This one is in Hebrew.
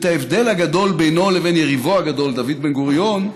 את ההבדל הגדול בינו לבין יריבו הגדול דוד בן-גוריון,